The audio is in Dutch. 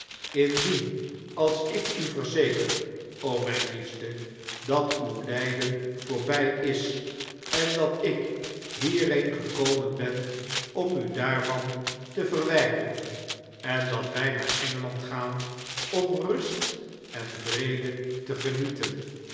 indien als ik u verzeker o mjjn liefste dat uw lijden voorbij is en dat ik hierheen gekomen ben om u daarvan te verwjjderen en dat wij naar engeland gaan om rust en vrede te genieten